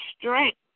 strength